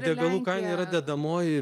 degalų kaina yra dedamoji